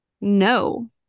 No